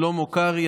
שלמה קרעי,